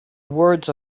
words